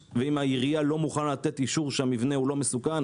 העירייה לא מוכנה לתת אישור שהמבנה לא מסוכן,